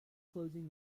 closing